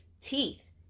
teeth